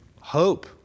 hope